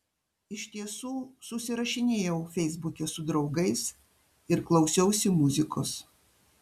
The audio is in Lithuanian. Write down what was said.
iš tiesų susirašinėjau feisbuke su draugais ir klausiausi muzikos